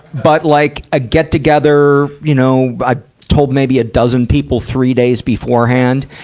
but like, a get-together, you know, i told maybe a dozen people three days beforehand.